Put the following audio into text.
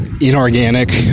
inorganic